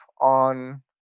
on